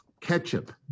ketchup